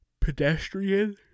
pedestrian